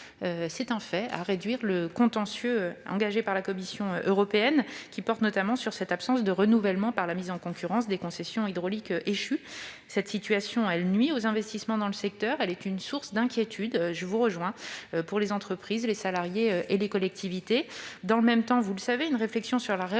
activement à résoudre le contentieux engagé par la Commission européenne, portant notamment sur l'absence de renouvellement par mise en concurrence des concessions hydroélectriques échues. Cette situation nuit aux investissements dans le secteur et est source d'inquiétude- je vous rejoins sur ce point -pour les entreprises, les salariés et les collectivités. Dans le même temps, vous le savez, une réflexion sur la réorganisation